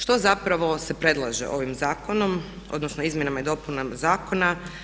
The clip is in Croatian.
Što zapravo se predlaže ovim zakonom, odnosno izmjenama i dopunama zakona?